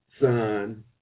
son